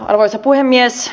arvoisa puhemies